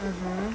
(uh huh)